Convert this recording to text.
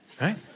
right